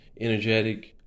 energetic